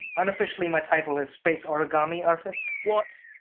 unofficially my title is space origami artist what?